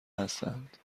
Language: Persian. هستند